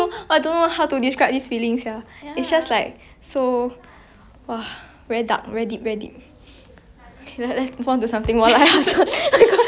okay let's let's move on to something more light hearted oh my god